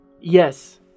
Yes